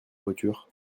voiture